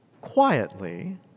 quietly